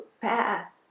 path